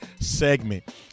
segment